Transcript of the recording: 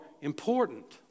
important